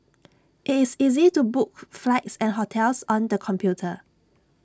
IT is easy to book flights and hotels on the computer